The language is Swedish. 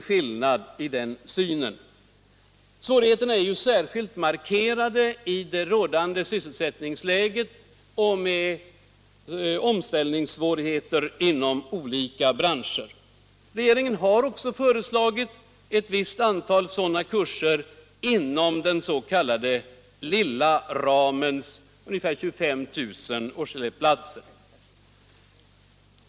Svårigheterna är ju särskilt markerade i rådande sysselsättningsläge och med omställningssvårigheter inom olika bianscher. Regeringen har också föreslagit ett visst antal sådana kurser inom den s.k. lilla ramen, ungefär 25 000 årselevplatser.